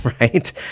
Right